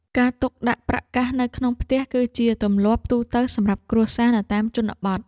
ការទុកដាក់ប្រាក់កាសនៅក្នុងផ្ទះ គឺជាទម្លាប់ទូទៅសម្រាប់គ្រួសារនៅតាមជនបទ។